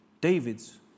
David's